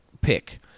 pick